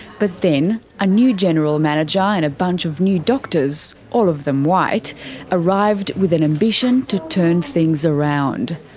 but then a new general manager and a bunch of new doctors all of them white arrived with an ambition to turn things around.